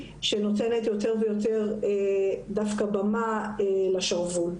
שנותנת יותר ויותר במה דווקא לשרוול.